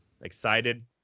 excited